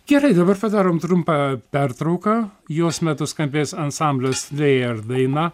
gerai dabar padarom trumpą pertrauką jos metu skambės ansamblio slėjer daina